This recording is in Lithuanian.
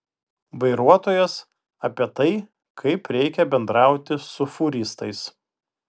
vairuotojas apie tai kaip reikia bendrauti su fūristais